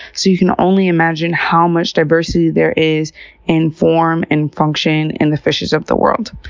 so you can only imagine how much diversity there is in form and function in the fishes of the world.